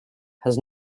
has